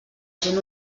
gent